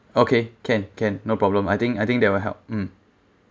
okay can can no problem I think I think that will help mm